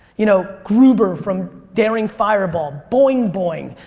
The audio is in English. you know gruber from daring fireball, boing boing,